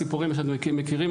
סיפורים שמכירים,